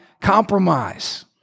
compromise